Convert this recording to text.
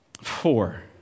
Four